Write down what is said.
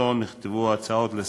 שבמסגרתו הוגשו ההצעות לסדר-היום.